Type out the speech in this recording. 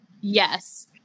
yes